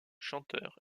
chanteur